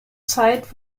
zeit